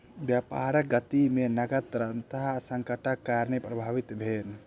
व्यापारक गति में नकद तरलता संकटक कारणेँ प्रभावित भेल